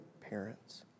parents